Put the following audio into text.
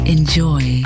Enjoy